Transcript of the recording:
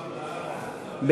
רזרבה כללית,